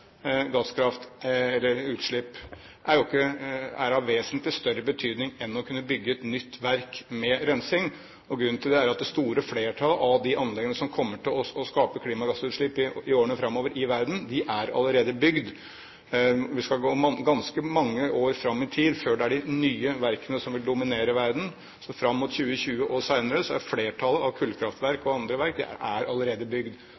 utslipp er av vesentlig større betydning enn å kunne bygge et nytt verk med rensing. Grunnen til det er at det store flertall av de anleggene som kommer til å skape klimagassutslipp i årene framover i verden, er allerede bygd. Vi skal gå ganske mange år fram i tid før det er de nye verkene som vil dominere verden. Fram mot 2020 og senere er flertallet av kullkraftverkene og andre verk allerede bygd.